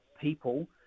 people